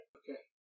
okay